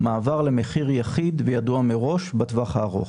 מעבר למחיר יחיד וידוע מראש בטווח הארוך.